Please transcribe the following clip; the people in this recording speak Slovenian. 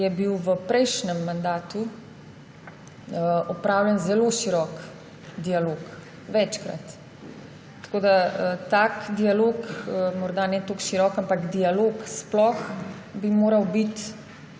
je bil v prejšnjem mandatu opravljen zelo širok dialog, večkrat. Tak dialog, morda ne tako širok, ampak dialog sploh bi moral biti